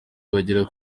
bagera